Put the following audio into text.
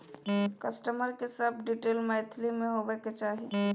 customer के सब detail Maithili में होबाक चाही